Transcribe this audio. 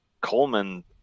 Coleman